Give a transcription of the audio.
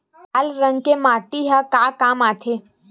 लाल रंग के माटी ह का काम आथे?